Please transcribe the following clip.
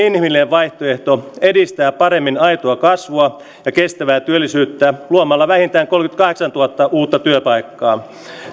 vaihtoehto edistää paremmin aitoa kasvua ja kestävää työllisyyttä luomalla vähintään kolmekymmentäkahdeksantuhatta uutta työpaikkaa